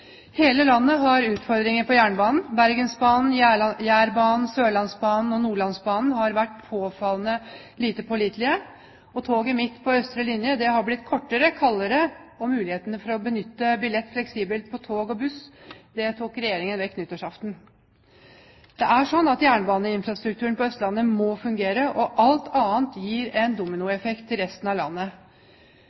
Hele landet har utfordringer på jernbane. Bergensbanen, Jærbanen, Sørlandsbanen og Nordlandsbanen har vært påfallende lite pålitelige. Toget mitt på østre linje har blitt kortere og kaldere, og muligheten for å benytte billett fleksibelt på tog og buss tok Regjeringen vekk nyttårsaften. Jernbaneinfrastrukturen på Østlandet må fungere. Alt annet gir en dominoeffekt til resten av landet.